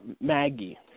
Maggie